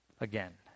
again